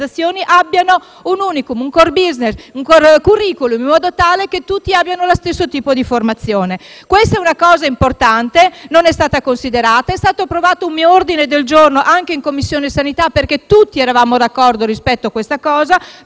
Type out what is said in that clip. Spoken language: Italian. abbiano un *unicum*, un *core business*, un *curriculum*, in modo tale che tutti abbiano lo stesso tipo di formazione. Questa è una cosa importante che non è stata considerata. È stato approvato un mio ordine del giorno in Commissione sanità, perché tutti eravamo d'accordo sul punto,